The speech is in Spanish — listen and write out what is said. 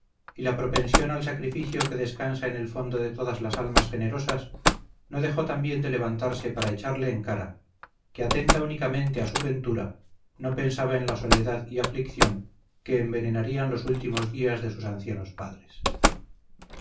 y la propensión al sacrificio que descansa en el fondo de todas las almas generosas no dejó también de levantarse para echarle en cara que atenta únicamente a su ventura no pensaba en la soledad y aflicción que envenenarían los últimos días de sus ancianos padres